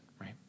right